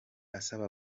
asaba